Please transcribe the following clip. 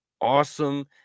awesome